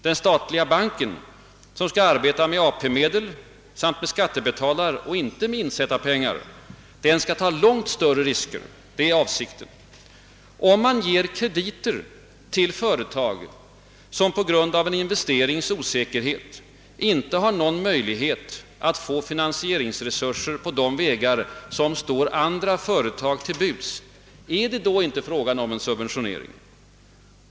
Den statliga banken, som skall arbeta med AP-medel samt med skattebetalaroch inte med insättarpengar, skall ta långt större risker; det är avsikten. Om man ger krediter till företag som på grund av en investerings osäkerhet inte har någon möjlighet att få finansieringsresurser på de vägar som står andra företag till buds, är det då inte fråga om en subventionering?